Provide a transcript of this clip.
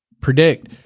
predict